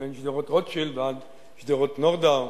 בין שדרות-רוטשילד ועד שדרות-נורדאו.